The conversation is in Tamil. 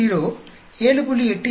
Bo 7